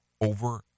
over